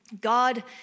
God